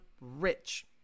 rich